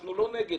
אנחנו לא נגד.